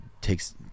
takes